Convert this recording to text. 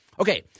Okay